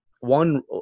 one